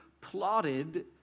plotted